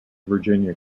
virginia